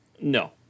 No